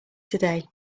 today